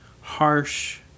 harsh